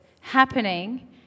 happening